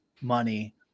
money